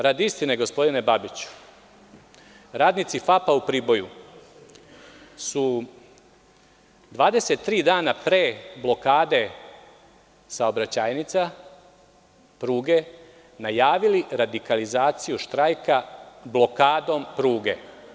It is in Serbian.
Radi istine, gospodine Babiću, radnici FAP-a u Priboju su 23 dana pre blokade saobraćajnica, pruge, najavili radikalizaciju štrajka blokadom pruge.